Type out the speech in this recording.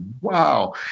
wow